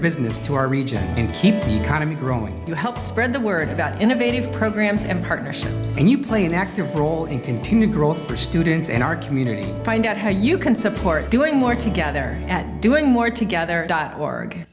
business to our region keep growing you help spread the word about innovative programs and partnerships and you play an active role in continued growth for students in our community find out how you can support doing more together doing more together dot org